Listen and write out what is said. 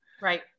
right